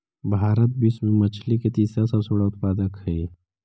भारत विश्व में मछली के तीसरा सबसे बड़ा उत्पादक हई